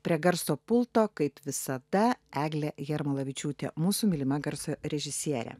prie garso pulto kaip visada eglė jarmolavičiūtė mūsų mylima garso režisierė